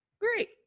Great